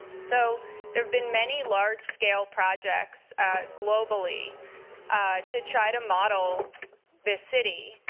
so there have been many large-scale projects globally to try to model this city.